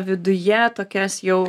viduje tokias jau